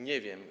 Nie wiem.